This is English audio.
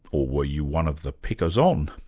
or were you one of the pickers-on?